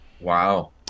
Wow